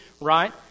Right